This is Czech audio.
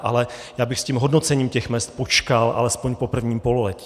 Ale já bych s tím hodnocením mezd počkal alespoň po prvním pololetí.